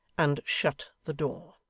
and shut the door